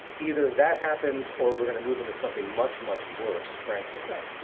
either that happens or we're going to move into something much, much worse, frankly. right,